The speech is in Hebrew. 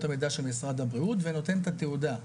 המידה של משרד הבריאות ונותן את התעודה.